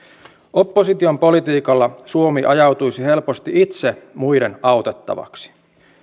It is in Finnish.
opposition politiikalla suomi ajautuisi helposti itse muiden autettavaksi